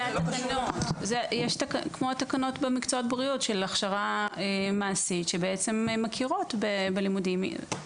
זה כמו תקנות במקצועות הבריאות של הכשרה מעשית שמכירות בלימודים.